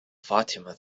fatima